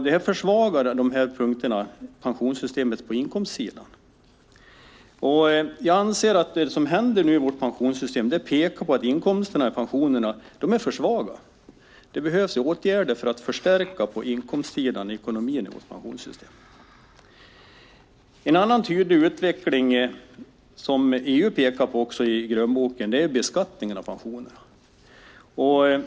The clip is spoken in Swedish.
Det försvagar pensionssystemet på inkomstsidan. Det som nu händer med vårt pensionssystem pekar på att inkomsterna i pensionerna är för svaga. Det behövs åtgärder för att på inkomstsidan förstärka ekonomin i pensionssystemet. En annan tydlig utveckling som EU pekar på i grönboken är beskattningen av pensionerna.